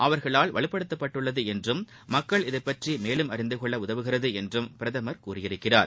அவர்களால் வலுப்படுத்தப்பட்டுள்ளது என்றும் மக்கள் இதுபற்றி மேலும் அறிந்துகொள்ள உதவுகிறது என்றும் பிரதமர் கூறியிருக்கிறார்